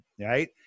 right